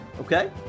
Okay